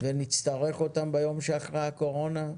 ונצטרך אותם ביום שאחרי הקורונה.